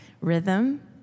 rhythm